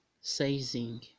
sizing